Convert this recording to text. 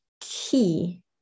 key